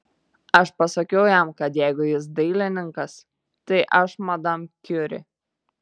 aš pasakiau jam kad jeigu jis dailininkas tai aš madam kiuri